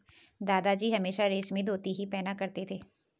दादाजी हमेशा रेशमी धोती ही पहना करते थे